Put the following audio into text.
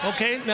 Okay